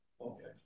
Okay